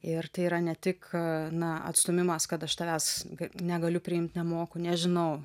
ir tai yra ne tik na atstūmimas kad aš tavęs negaliu priimt nemoku nežinau